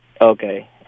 Okay